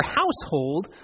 household